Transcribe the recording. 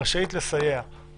מה השאלה, אדוני?